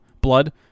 Blood